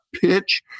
pitch